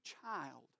child